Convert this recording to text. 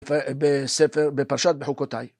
בספר, בפרשת בחוקותיי.